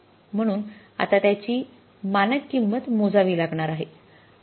म्हणून आता त्याची मानक किंमत मोजावी लागणार आहे